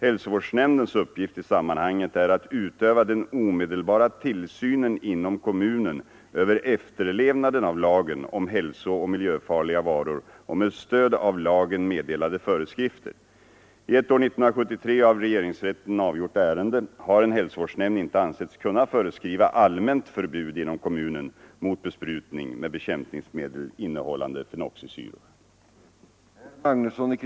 Hälsovårdsnämndens uppgift i sammanhanget är att utöva den omedelbara tillsynen inom kommunen över efterlevnaden av lagen om hälsooch miljöfarliga varor och med stöd av lagen meddelade föreskrifter. I ett år 1973 av regeringsrätten avgjort ärende har en hälsovårdsnämnd inte ansetts kunna föreskriva allmänt förbud inom kommunen mot besprutning med bekämpningsmedel innehållande fenoxisyror.